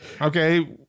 okay